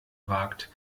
wagt